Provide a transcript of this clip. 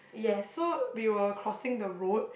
so we were crossing the road